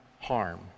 harm